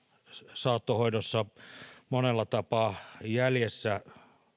saattohoidossa monella tapaa jäljessä